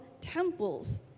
temples